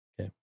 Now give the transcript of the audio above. Okay